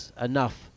enough